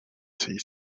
see